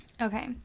Okay